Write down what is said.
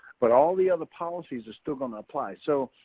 but all the other policies are still gonna apply. so,